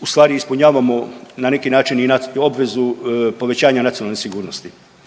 u stvari ispunjavamo na neki način i obvezu povećanja nacionalne sigurnosti.